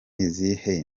izihe